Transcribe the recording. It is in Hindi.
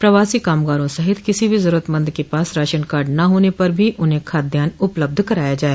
प्रवासी कामगारों सहित किसी भी जरूरतमंद के पास राशन कार्ड न होने पर भी उन्हें खाद्यान्न उपलब्ध कराया जाए